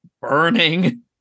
burning